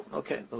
okay